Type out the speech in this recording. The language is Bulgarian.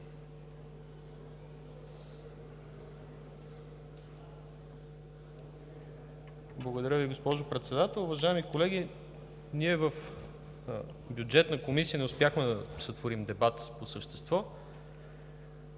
Благодаря Ви, госпожо Председател. Уважаеми колеги, ние в Бюджетната комисия не успяхме да сътворим дебат по същество.